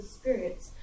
spirits